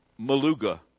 Maluga